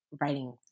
writing